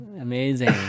Amazing